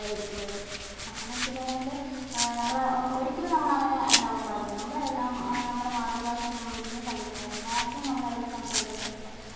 ആ ഇരിക്കുന്നത് അപ്പം എന്ന് വെച്ചിട്ടുണ്ടെങ്കിൽ നമ്മൾ ഒരിക്കലും നമ്മൾ അങ്ങനെ ഉണ്ടാവാൻ പാടില്ല നമ്മുടെ നമ്മുടെ മാതൃഭാഷയെ നമ്മളൊരിക്കലും തള്ളി കളയരുത് മാക്സിമം നമ്മൾ അതിൽ സംസാരിക്കാൻ ശ്രമിക്കുക